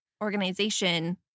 organization